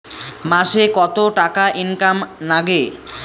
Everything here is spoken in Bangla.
মাসে কত টাকা ইনকাম নাগে?